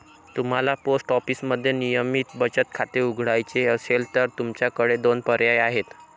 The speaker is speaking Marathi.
तुम्हाला पोस्ट ऑफिसमध्ये नियमित बचत खाते उघडायचे असेल तर तुमच्याकडे दोन पर्याय आहेत